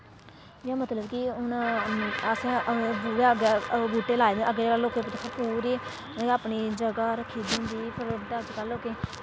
जि'यां मतलब कि हून असें बुहे अग्गें बूह्टे लाए दे अग्गें जेह्ड़ा लोकें दिक्खो पर पूरी अपनी ज'गा रक्खी दी होंदी पर उं'दा अजकल्ल लोकें पार्क